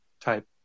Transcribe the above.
type